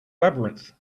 labyrinth